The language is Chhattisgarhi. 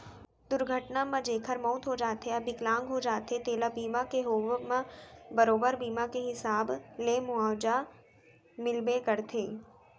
दुरघटना म जेकर मउत हो जाथे या बिकलांग हो जाथें तेला बीमा के होवब म बरोबर बीमा के हिसाब ले मुवाजा मिलबे करथे